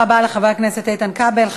תודה רבה לחבר הכנסת איתן כבל.